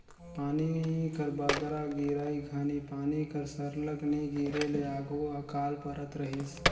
पानी कर बगरा गिरई घनी पानी कर सरलग नी गिरे ले आघु अकाल परत रहिस